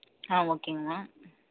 ஆ ஓகேங்க மேம்